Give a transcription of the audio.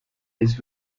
his